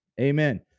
Amen